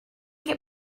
get